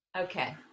okay